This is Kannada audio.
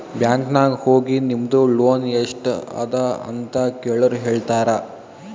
ಬ್ಯಾಂಕ್ ನಾಗ್ ಹೋಗಿ ನಿಮ್ದು ಲೋನ್ ಎಸ್ಟ್ ಅದ ಅಂತ ಕೆಳುರ್ ಹೇಳ್ತಾರಾ